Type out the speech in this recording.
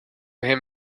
him